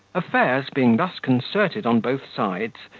affairs being thus concerted on both sides,